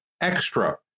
extra